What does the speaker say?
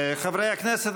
חברי הכנסת,